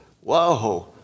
whoa